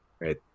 right